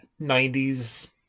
90s